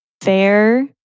fair